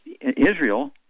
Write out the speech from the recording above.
Israel